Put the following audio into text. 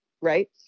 right